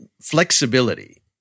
flexibility